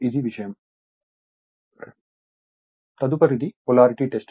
కాబట్టి ఇది విషయం తదుపరిది పొలారిటీ టెస్ట్